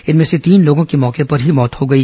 इनमें से तीन लोगों की मौके पर ही मौत हो गई